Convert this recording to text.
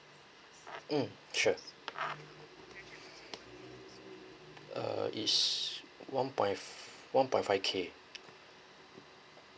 um sure uh is one point one point five K